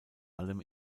allem